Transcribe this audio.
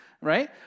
right